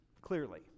clearly